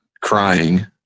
crying